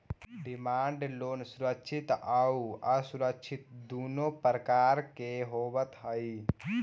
demand loan सुरक्षित आउ असुरक्षित दुनों प्रकार के होवऽ हइ